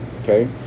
Okay